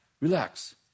Relax